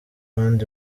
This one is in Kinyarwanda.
band